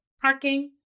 parking